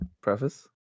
preface